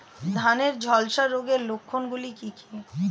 ধানের ঝলসা রোগের লক্ষণগুলি কি কি?